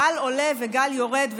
גל עולה וגל יורד,